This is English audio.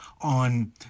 on